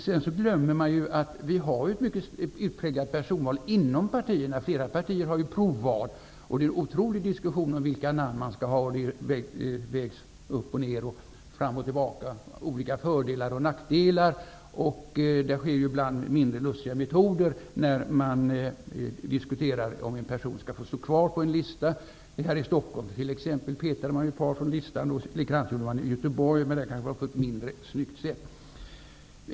Man glömmer också att vi har ett mycket utpräglat personval inom partierna. Flera partier har ju provval, och det förekommer en otrolig diskussion om vilka namn som skall vara med -- olika fördelar och nackdelar vägs upp och ner och fram och tillbaka. Diskussionerna kring huruvida ett namn skall få vara kvar på en lista förs ibland på sätt som är mindre lustiga. Här i Stockholm t.ex. petades ett par personer från listan, och det hände också i Göteborg, men där skedde det på ett kanske mindre snyggt sätt.